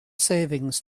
savings